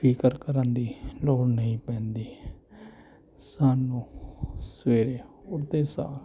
ਫ਼ਿਕਰ ਕਰਨ ਦੀ ਲੋੜ ਨਹੀਂ ਪੈਂਦੀ ਸਾਨੂੰ ਸਵੇਰੇ ਉੱਠਦੇ ਸਾਰ